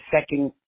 second